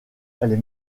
les